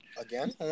again